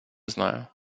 знаю